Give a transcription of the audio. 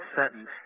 sentence